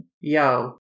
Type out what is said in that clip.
yo